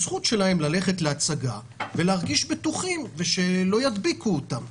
הזכות שלהם ללכת להצגה ולהרגיש בטוחים ושלא ידביקו אותם.